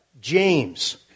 James